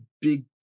big